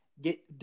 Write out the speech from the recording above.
get